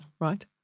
right